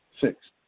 Six